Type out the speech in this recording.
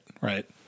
right